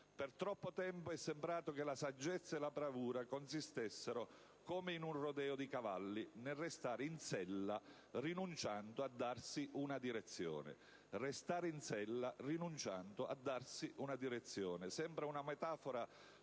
per troppo tempo è sembrato che la saggezza e la bravura consistessero, come in un rodeo di cavalli, nel restare in sella rinunciando a darsi una direzione». Restare in sella rinunciando a darsi una direzione: sembra una metafora